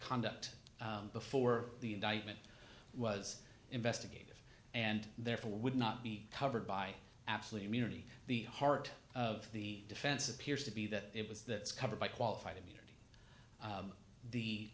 conduct before the indictment was investigative and therefore would not be covered by absolutely unity the heart of the defense appears to be that it was that is covered by qualified immunity